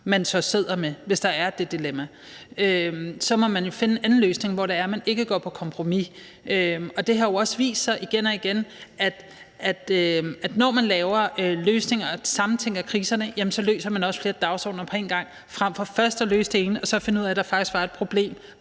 man så sidder med, hvis der er det dilemma. Så må man jo finde en anden løsning, hvor man ikke går på kompromis. Og det har jo også vist sig igen og igen, at når man laver løsninger og samtænker kriserne, så løser man også flere dagsordener på en gang frem for først at løse den ene og så finde ud af, at der faktisk var et problem